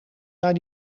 naar